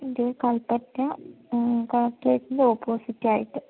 ഇത് കൽപ്പറ്റ കളക്ട്രേറ്റിൻ്റെ ഓപ്പോസിറ്റായിട്ട്